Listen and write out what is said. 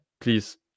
please